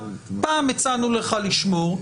פעם הצענו לך לשמור,